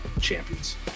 Champions